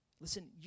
Listen